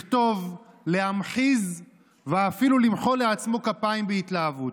לכתוב, להמחיז ואפילו למחוא לעצמו כפיים בהתלהבות.